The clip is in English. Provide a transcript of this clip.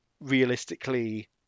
realistically